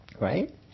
right